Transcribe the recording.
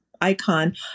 icon